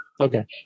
okay